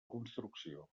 construcció